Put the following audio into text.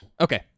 Okay